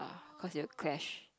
cause it'll clash